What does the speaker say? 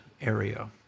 area